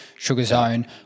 sugarzone